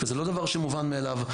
וזה לא דבר שמובן מאליו.